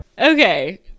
okay